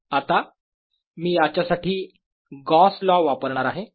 आता मी याच्यासाठी गॉस लॉ वापरणार आहे